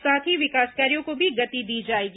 साथ ही विकास कार्यों को भी गति दी जाएगी